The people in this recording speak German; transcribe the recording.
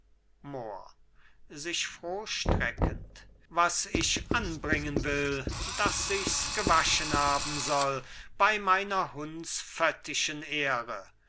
sich froh streckend was ich anbringen will daß sichs gewaschen haben soll bei meiner hundsföttischen ehre